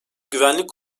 güvenlik